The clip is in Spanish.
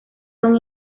son